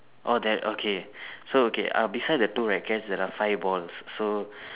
oh that okay so okay uh beside the two rackets there are five balls so